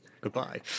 Goodbye